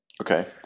Okay